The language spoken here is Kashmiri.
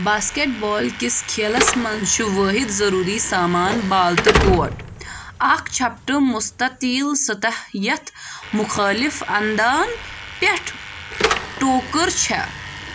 باسکیٚٹ بال کِس کھیلَس منٛز چھُ وٲحِد ضروٗری سامان بال تہٕ کوٹ اکھ چھپٚٹہٕ مُستتیٖل سطح یتھ مُخٲلِف اندان پیٹھ ٹوٗکٕر چھےٚ